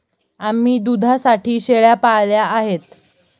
आम्ही दुधासाठी शेळ्या पाळल्या आहेत